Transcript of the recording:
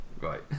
Right